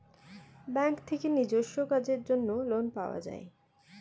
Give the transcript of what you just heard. bank থেকে নিজস্ব কাজের জন্য লোন পাওয়া যায়